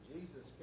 Jesus